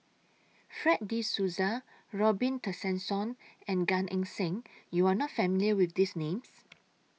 Fred De Souza Robin Tessensohn and Gan Eng Seng YOU Are not familiar with These Names